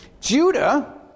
Judah